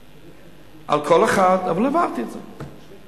על קול אחד, אבל העברתי את זה.